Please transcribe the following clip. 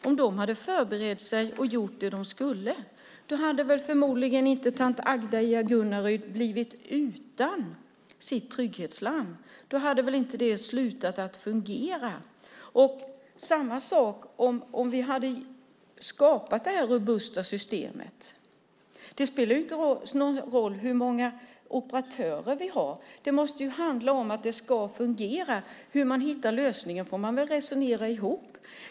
Om de hade förberett sig och gjort det de skulle hade förmodligen inte tant Agda i Agunnaryd blivit utan sitt trygghetslarm. Då hade det väl inte slutat att fungera. Det är samma sak om vi hade skapat det robusta systemet. Det spelar inte någon roll hur många operatörer som finns. Det måste handla om att det ska fungera. Man får väl resonera ihop sig om att hitta en lösning.